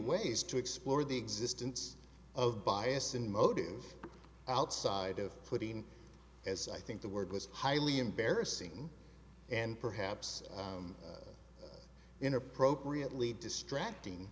ways to explore the existence of bias in motive outside of putting as i think the word was highly embarrassing and perhaps in appropriately distracting